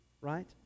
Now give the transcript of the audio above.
right